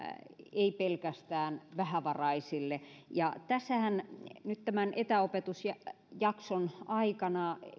ei pelkästään vähävaraisille tässähän nyt tämän etäopetusjakson aikana